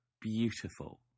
beautiful